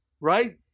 Right